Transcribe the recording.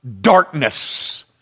darkness